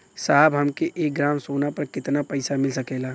साहब हमके एक ग्रामसोना पर कितना पइसा मिल सकेला?